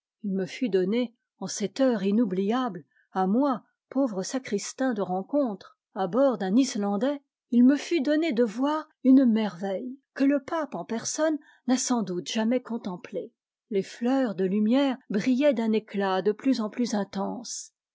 il me fut donné en cette heure inoubliable à moi pauvre sacristain de rencontre à bord d'un islandais il me fut donné de voir une merveille que le pape en personne n'a sans doute jamais contemplée les fleurs de lumière brillaient d'un éclat de plus en plus intense